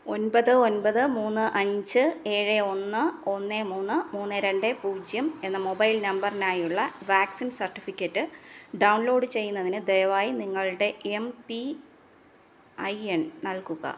ഒൻപത് ഒൻപത് മൂന്ന് അഞ്ച് ഏഴ് ഒന്ന് ഒന്ന് മൂന്ന് മൂന്ന് രണ്ട് പൂജ്യം എന്ന മൊബൈൽ നമ്പറിനായുള്ള വാക്സിൻ സർട്ടിഫിക്കറ്റ് ഡൗൺലോഡ് ചെയ്യുന്നതിന് ദയവായി നിങ്ങളുടെ എം പി ഐ എൻ നൽകുക